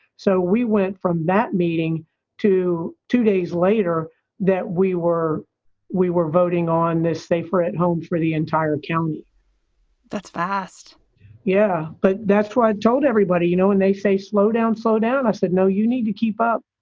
so we went from that meeting to two days later that we were we were voting on this day for it home for the entire county that's fast yeah, but that's why i told everybody, you know, when they say slow down, slow down i said, no, you need to keep up.